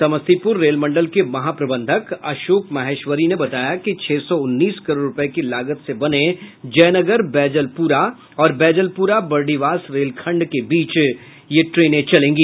समस्तीपुर रेलमंडल के महाप्रबंधक अशोक महेश्वरी ने बताया कि छह सौ उन्नीस करोड़ रूपये की लागत से बने जयनगर बैजलप्रा और बैजलप्रा बर्डीवास रेलखंड के बीच ट्रेने चलेंगी